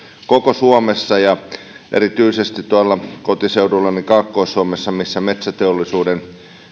koko suomessa ja pitäisin hienona jos erityisesti tuolla kotiseudullani kaakkois suomessa missä metsäteollisuuden